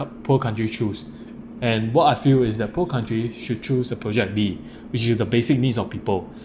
poor country choose and what I feel is that poor country should choose the project B which is the basic needs of people